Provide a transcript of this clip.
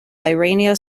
iranian